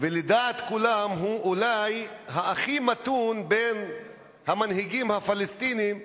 שלדעת כולם הוא אולי הכי מתון בין המנהיגים הפלסטינים,